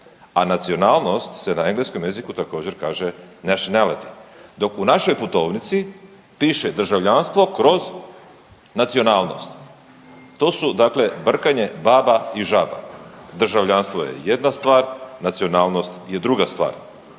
a nacionalnost se na engleskom također kaže nationality. Dok u našoj putovnici piše državljanstvo/nacionalnost, to su dakle brkanje baba i žaba. Državljanstvo je jedna stvar, nacionalnost je druga stvar.